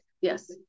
yes